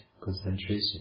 concentration